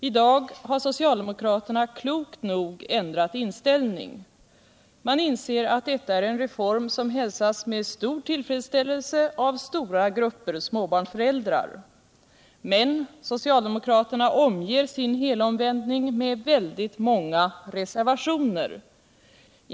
I dag har socialdemokraterna klokt nog ändrat inställning. Man inser att detta är en reform som hälsas med stor tillfredsställelse av stora grupper småbarnsföräldrar. Men socialdemokraterna omger sin helomvändning med väldigt många reservationer.